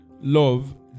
love